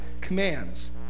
commands